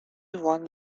one